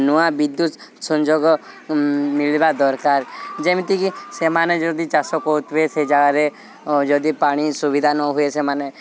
ନୂଆ ବିଦ୍ୟୁତ୍ ସଂଯୋଗ ମିଳିବା ଦରକାର ଯେମିତିକି ସେମାନେ ଯଦି ଚାଷ କରୁଥିବେ ସେ ଜାଗାରେ ଯଦି ପାଣି ସୁବିଧା ନ ହୁଏ ସେମାନେ